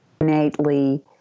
innately